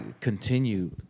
continue